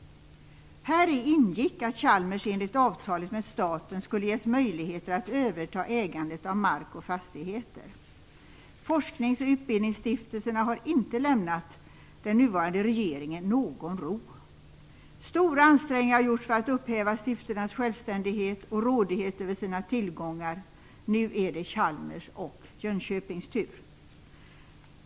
Häri ingick att Chalmers enligt avtalet med staten skulle ges möjligheter att överta ägandet av mark och fastigheter. Forsknings och utbildningsstiftelserna har inte lämnat den nuvarande regeringen någon ro. Stora ansträngningar har gjorts för att upphäva stiftelsernas självständighet och rådighet över sina tillgångar. Nu är det Chalmers och Jönköpings tur.